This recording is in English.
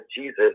Jesus